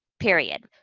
period.